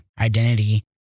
identity